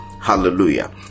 Hallelujah